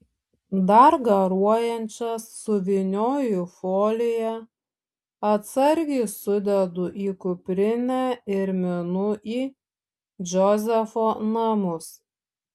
dar garuojančias suvynioju į foliją atsargiai sudedu į kuprinę ir minu į džozefo namus